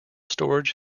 storage